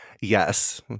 Yes